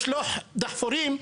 לשלוח דחפורים,